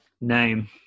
name